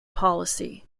policy